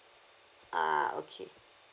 ah okay